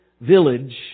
village